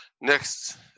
Next